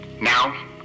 Now